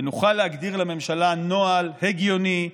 ונוכל להגדיר לממשלה נוהל הגיוני,